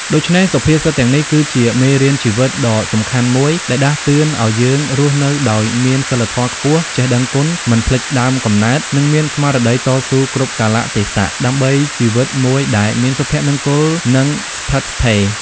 ដូច្នេះ សុភាសិតទាំងនេះគឺជាមេរៀនជីវិតដ៏សំខាន់មួយដែលដាស់តឿនឱ្យយើងរស់នៅដោយមានសីលធម៌ខ្ពស់ ចេះដឹងគុណ មិនភ្លេចដើមកំណើត និងមានស្មារតីតស៊ូគ្រប់កាលៈទេសៈ ដើម្បីជីវិតមួយដែលមានសុភមង្គល និងស្ថិតស្ថេរ។